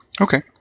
Okay